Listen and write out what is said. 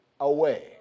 away